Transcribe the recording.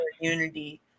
unity